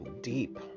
deep